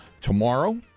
tomorrow